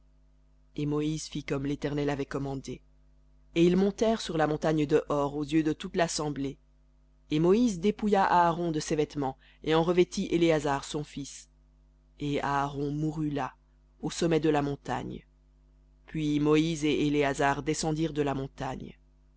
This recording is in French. et moïse fit comme l'éternel avait commandé et ils montèrent sur la montagne de hor aux yeux de toute lassemblée et moïse dépouilla aaron de ses vêtements et en revêtit éléazar son fils et aaron mourut là au sommet de la montagne puis moïse et éléazar descendirent de la montagne